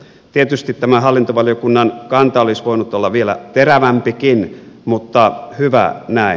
tietysti tämä hallintovaliokunnan kanta olisi voinut olla vielä terävämpikin mutta hyvä näin